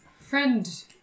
Friend